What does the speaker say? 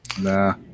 Nah